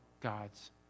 God's